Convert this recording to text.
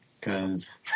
cause